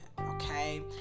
okay